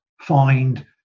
find